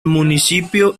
municipio